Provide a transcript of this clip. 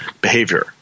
behavior